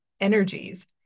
energies